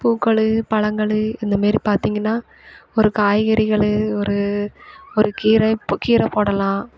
இப்போ பூக்கள் பழங்களு இந்த மாரி பார்த்தீங்கன்னா ஒரு காய்கறிகள் ஒரு ஒரு கீரை இப்போ கீரை போடலாம்